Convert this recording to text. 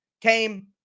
came